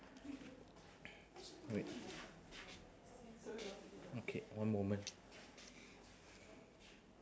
wait okay one moment